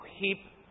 Keep